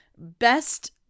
best